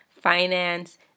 finance